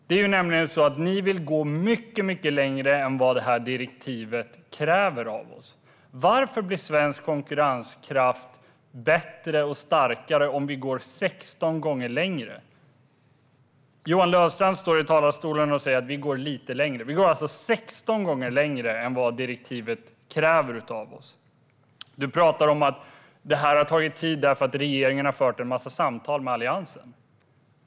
Det är nämligen så att ni vill gå mycket längre än vad direktivet kräver av oss. Varför blir svensk konkurrenskraft bättre och starkare om vi går 16 gånger längre? Johan Löfstrand står i talarstolen och säger att vi går lite längre. Men vi går alltså 16 gånger längre än vad direktivet kräver av oss. Johan Löfstrand pratar om att det här har tagit tid därför att regeringen har fört en massa samtal med Alliansen.